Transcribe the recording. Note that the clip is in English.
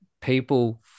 people